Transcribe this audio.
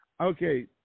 Okay